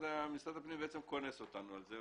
משרד הפנים בעצם קונס אותנו על זה,